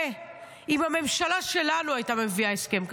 אם הממשלה שלנו הייתה מביאה הסכם כזה.